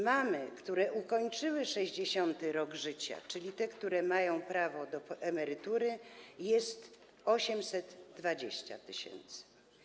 Mam, które ukończyły 60. rok życia, czyli mają prawo do emerytury, jest 820 tys.